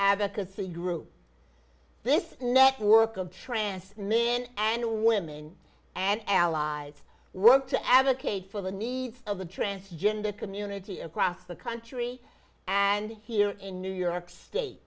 advocacy group this network of trance men and women and allies work to advocate for the needs of the transgender community across the country and here in new york state